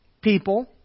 people